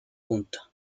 punto